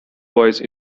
voice